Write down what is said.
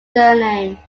surname